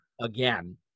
again